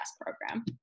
program